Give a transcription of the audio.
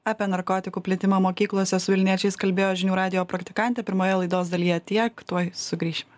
apie narkotikų plitimą mokyklose su vilniečiais kalbėjo žinių radijo praktikantė pirmoje laidos dalyje tiek tuoj sugrįšime